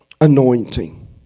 anointing